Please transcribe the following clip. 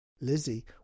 Lizzie